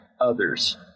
others